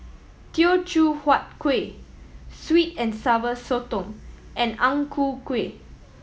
Teochew Huat Kueh sweet and Sour Sotong and Ang Ku Kueh